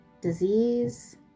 disease